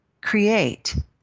create